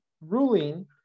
ruling